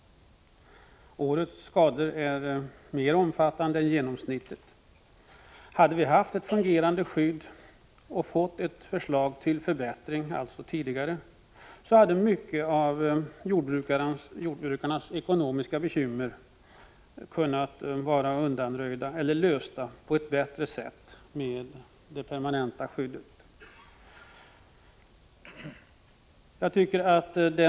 Årets skador är mer omfattande än genomsnittet. Hade vi haft ett fungerande skydd och fått ett förslag till förbättring tidigare, hade mycket av jordbrukarnas ekonomiska problem kunnat lösas på ett bättre sätt med det permanenta skördeskadeskyddet.